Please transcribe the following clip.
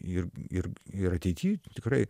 ir ir ir ateity tikrai